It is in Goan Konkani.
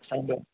सारकें